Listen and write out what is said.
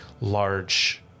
large